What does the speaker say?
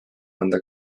anda